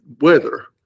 weather